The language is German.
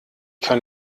kann